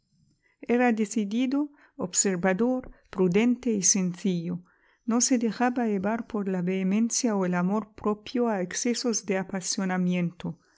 era decidido observador prudente y sencillo no se dejaba llevar por la vehemencia o el amor propio a excesos de apasionamiento